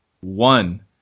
one